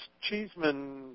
Cheeseman –